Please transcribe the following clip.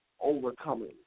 overcoming